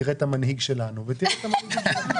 תראה את המנהיג שלנו ותראה את המנהיג שלך.